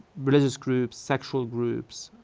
religious groups, sexual groups,